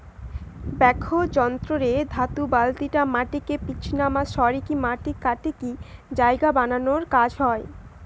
backhoe যন্ত্র রে ধাতু বালতিটা মাটিকে পিছনমা সরিকি মাটি কাটিকি জায়গা বানানার কাজ হয়